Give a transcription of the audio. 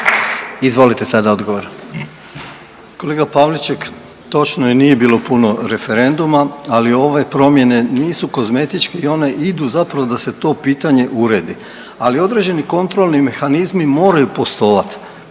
Izvolite sada odgovor.